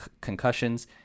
concussions